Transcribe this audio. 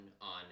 on